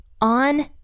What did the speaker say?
on